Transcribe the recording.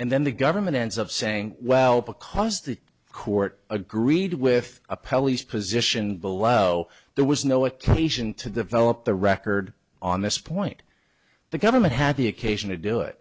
and then the government ends of saying well because the court agreed with a police position below there was no occasion to develop the record on this point the government had the occasion to do it